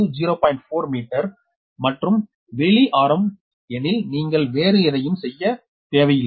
4 metre மற்றும் வெளி ஆரம் எனில் நீங்கள் வேறு எதையும் செய்ய தேவையில்லை